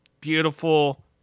beautiful